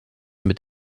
mit